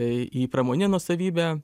į pramoninę nuosavybę